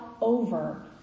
over